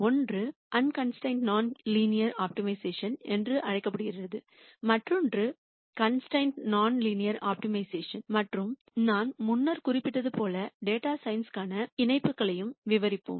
ஒன்று ஆன்கான்ஸ்டரைனெட் நான் linear optimisation என்று அழைக்கப்படுகிறது மற்றொன்று கான்ஸ்டரைனெட் நான் லீனியர் ஆப்டிமைசேஷன் மற்றும் நான் முன்னர் குறிப்பிட்டது போல டேட்டா சயின்ஸ்க்கான இணைப்புகளையும் விவரிப்போம்